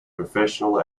professional